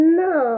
no